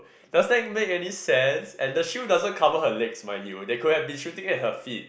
does that make any sense and the shield doesn't cover her legs mind you they could have been shooting at her feet